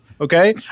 okay